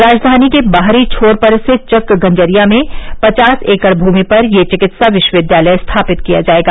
राजधानी के बाहरी छोर पर स्थित चकगंजरिया में पचास एकड़ भूमि पर यह विकित्सा विश्वविद्यालय स्थापित किया जायेगा